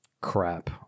crap